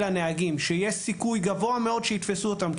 הנהגים שיש סיכוי גבוה מאוד שיתפסו אותם,